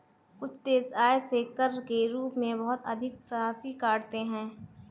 कुछ देश आय से कर के रूप में बहुत अधिक राशि काटते हैं